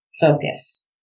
focus